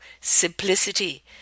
simplicity